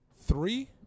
three